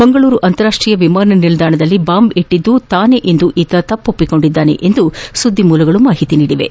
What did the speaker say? ಮಂಗಳೂರು ಅಂತಾರಾಷ್ಟೀಯ ವಿಮಾನ ನಿಲ್ದಾಣದಲ್ಲಿ ಬಾಂಬ್ ಇಟ್ಟಿದ್ದು ತಾನೇ ಎಂದು ಈತ ತಪ್ಪೊಪ್ಪಿಕೊಂಡಿದ್ದಾನೆ ಎಂದು ಮೂಲಗಳು ತಿಳಿಸಿವೆ